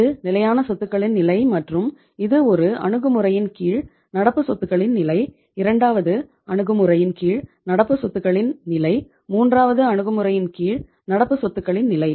இது நிலையான சொத்துகளின் நிலை மற்றும் இது ஒரு அணுகுமுறையின் கீழ் நடப்பு சொத்துகளின் நிலை இரண்டாவது அணுகுமுறையின் கீழ் நடப்பு சொத்துகளின் நிலை மூன்றாவது அணுகுமுறையின் கீழ் நடப்பு சொத்துகளின் நிலை